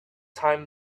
time